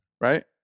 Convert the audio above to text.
right